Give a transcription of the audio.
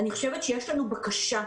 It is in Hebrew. אני חושבת שיש לנו בקשה.